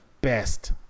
best